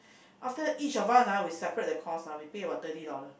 after each of us ah we separate the cost ah we pay about thirty dollar